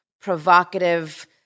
provocative